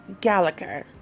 Gallagher